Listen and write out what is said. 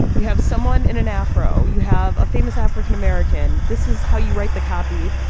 you have someone in an afro, you have a famous african-american. this is how you write the copy.